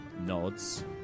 nods